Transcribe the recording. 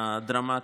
הדרמטית,